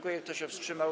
Kto się wstrzymał?